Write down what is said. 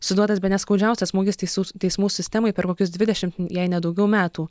suduotas bene skaudžiausias smūgis teisų teismų sistemai per kokius dvidešimt jei ne daugiau metų